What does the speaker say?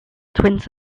twins